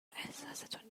احساستون